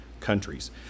countries